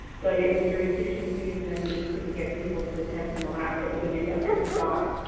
but it was during fishing season and we just couldn't get people to attend from alaska, but we did have two spots.